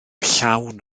llawn